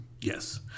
yes